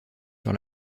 sur